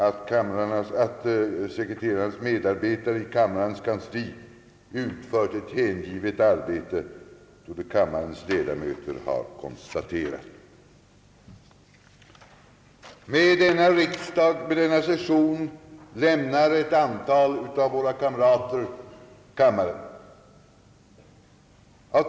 Att sekreterarens medarbetare i kammarens kansli utfört ett hängivet arbete, torde kammarens ledamöter ha konstaterat. Med denna riksdag och denna session lämnar ett antal av våra kamrater kammaren.